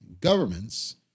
governments